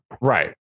Right